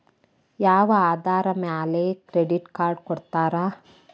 ಯಾವ ಆಧಾರದ ಮ್ಯಾಲೆ ಕ್ರೆಡಿಟ್ ಕಾರ್ಡ್ ಕೊಡ್ತಾರ?